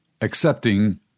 Accepting